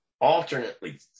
alternately